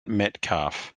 metcalfe